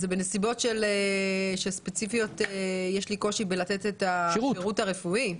זה כאשר יש לי קושי לתת את השירות הרפואי.